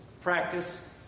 Practice